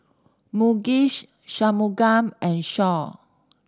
Mukesh Shunmugam and Choor